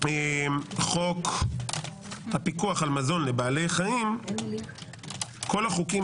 וחוק פיקוח המזון על בעלי חיים כל החוקים